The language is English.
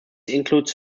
includes